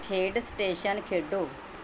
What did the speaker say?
ਖੇਡ ਸਟੇਸ਼ਨ ਖੇਡੋ